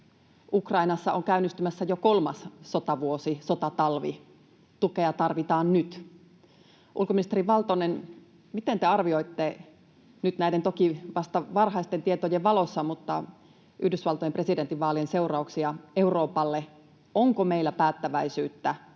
Ukrainassa on käynnistymässä jo kolmas sotavuosi, sotatalvi. Tukea tarvitaan nyt. Ulkoministeri Valtonen, miten te arvioitte nyt näiden, toki vasta varhaisten, tietojen valossa Yhdysvaltojen presidentinvaalien seurauksia Euroopalle? Onko meillä päättäväisyyttä